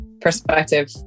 perspective